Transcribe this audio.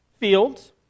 fields